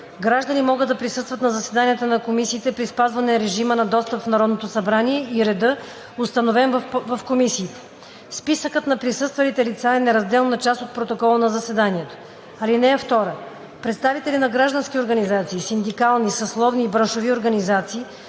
Граждани могат да присъстват на заседанията на комисиите при спазване режима на достъп в Народното събрание и реда, установен в комисиите. Списъкът на присъствалите лица е неразделна част от протокола на заседанието. (2) Представители на граждански организации, синдикални, съсловни и браншови организации